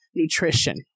nutrition